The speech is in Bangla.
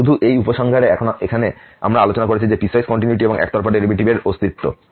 এবং শুধু এই উপসংহারে এখন এখানে আমরা আলোচনা করেছি যে পিসওয়াইস কন্টিনিউয়িটি এবং একতরফা ডেরিভেটিভের অস্তিত্ব